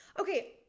Okay